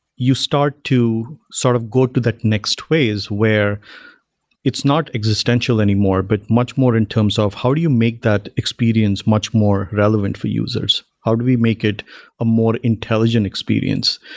you start to sort of go to that next phase where it's not existential anymore, but much more in terms of how do you make that experience much more relevant for users? how do we make it a more intelligent experience?